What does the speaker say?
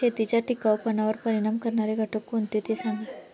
शेतीच्या टिकाऊपणावर परिणाम करणारे घटक कोणते ते सांगा